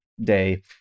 day